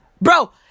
Bro